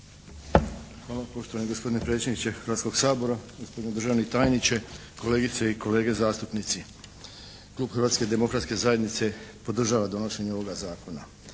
Hvala poštovani gospodine predsjedniče Hrvatskog sabora, gospodine državni tajniče, kolegice i kolege zastupnici. Klub Hrvatske demokratske zajednice podržava donošenje ovoga zakona.